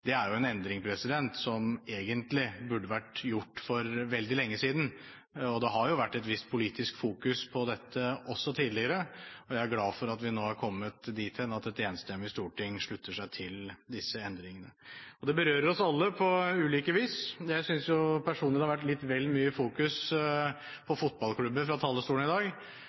Det er en endring som egentlig burde vært gjort for veldig lenge siden, og det har til en viss grad vært fokusert politisk på dette også tidligere, og jeg er glad for at vi nå har kommet dit hen at et enstemmig storting slutter seg til disse endringene. Det berører oss alle på ulike vis. Jeg synes personlig det har vært fokusert litt vel mye på fotballklubber fra talerstolen i dag,